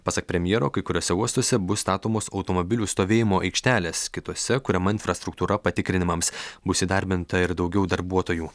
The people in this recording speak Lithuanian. pasak premjero kai kuriuose uostuose bus statomos automobilių stovėjimo aikštelės kitose kuriama infrastruktūra patikrinimams bus įdarbinta ir daugiau darbuotojų